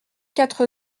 quatre